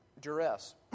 duress